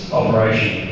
operation